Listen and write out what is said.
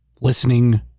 listening